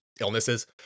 illnesses